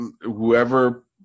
whoever